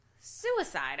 suicide